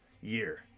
year